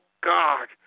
God